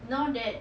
now that